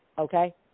okay